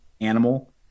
animal